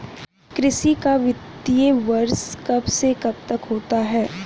कृषि का वित्तीय वर्ष कब से कब तक होता है?